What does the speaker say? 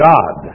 God